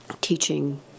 teaching